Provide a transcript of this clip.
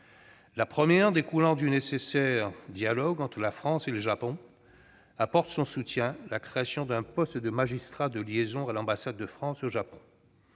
La première, découlant du nécessaire dialogue entre la France et le Japon, vise la création d'un poste de magistrat de liaison à l'ambassade de France au Japon.